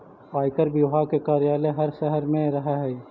आयकर विभाग के कार्यालय हर शहर में रहऽ हई